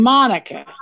Monica